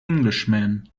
englishman